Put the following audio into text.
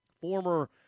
former